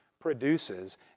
produces